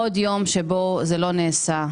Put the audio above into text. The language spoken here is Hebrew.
עוד יום שבו זה לא נעשה,